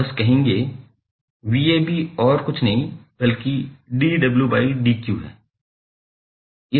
आप बस कहेंगे और कुछ नहीं बल्कि 𝑑𝑤𝑑𝑞 है जो है